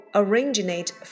originate